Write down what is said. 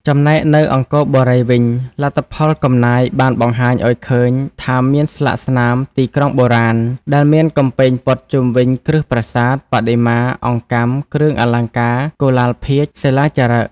ចំណែកនៅអង្គរបុរីវិញ លទ្ធផលកំណាយបានបង្ហាញឱ្យឃើញថាមានស្លាកស្នាម ទីក្រុងបុរាណ ដែលមានកំពែងព័ទ្ធជុំវិញគ្រឹះប្រាសាទ បដិមា អង្កាំ គ្រឿងអលង្ការ កុលាលភាជន៍ សិលាចារឹក។